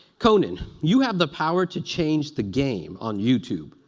conan, you have the power to change the game on youtube.